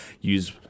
use